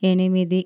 ఎనిమిది